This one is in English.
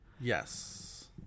Yes